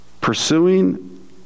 Pursuing